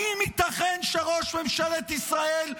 האם ייתכן שראש ממשלת ישראל,